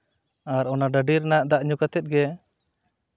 ᱟᱨ ᱚᱱᱟ ᱰᱟᱹᱰᱤ ᱨᱮᱱᱟᱜ ᱫᱟᱜ ᱧᱩ ᱠᱟᱛᱮᱫ ᱜᱮ